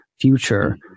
future